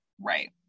Right